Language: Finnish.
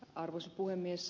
arvoisa puhemies